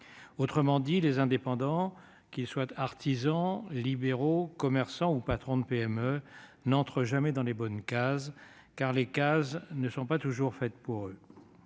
Autrement dit, les indépendants, qu'ils soient artisans, libéraux, commerçants ou patrons de PME, n'entrent jamais dans les bonnes cases, car les cases ne sont pas toujours faites pour eux.